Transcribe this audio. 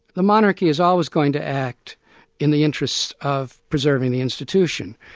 the monarchy is always going to act in the interests of preserving the institution.